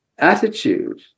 attitude